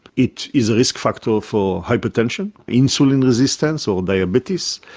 it is a risk factor for hypertension, insulin resistance or diabetes,